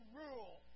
rule